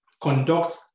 conduct